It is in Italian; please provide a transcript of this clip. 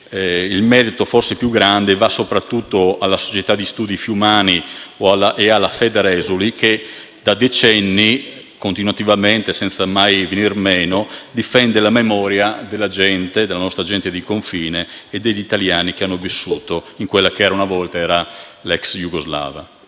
il merito forse più grande va alla Società di studi fiumani e alla Federesuli, che da decenni, continuativamente, senza mai venir meno, difende la memoria della nostra gente di confine e degli italiani che hanno vissuto in quella che era una volta l'ex Jugoslavia.